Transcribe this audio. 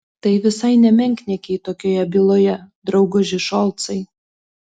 tai visai ne menkniekiai tokioje byloje drauguži šolcai